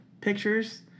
pictures